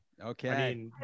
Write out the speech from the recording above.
Okay